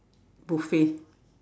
buffet